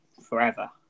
forever